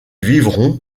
vivront